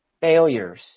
failures